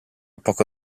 poco